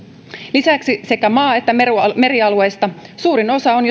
lisäksi sekä maa että merialueista suurin osa on